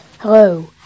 Hello